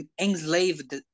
enslaved